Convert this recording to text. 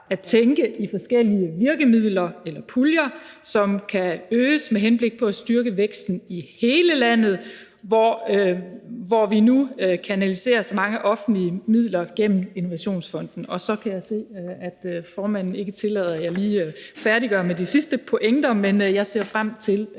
at tænke i forskellige virkemidler eller puljer, som kan øges med henblik på at styrke væksten i hele landet, hvor vi nu kanaliserer så mange offentlige midler gennem Innovationsfonden. Og så kan jeg se, at formanden ikke tillader, at jeg lige færdiggør det med de sidste pointer, men jeg ser frem til